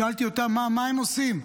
שאלתי אותם מה הם עושים.